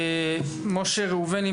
משה ראובני,